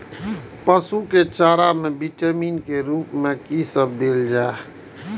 पशु के चारा में विटामिन के रूप में कि सब देल जा?